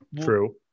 True